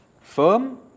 Firm